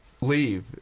leave